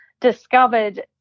discovered